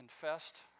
confessed